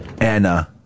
Anna